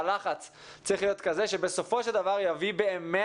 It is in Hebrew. שהלחץ צריך להיות כזה שבסופו של דבר יביא באמת